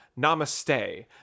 Namaste